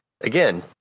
again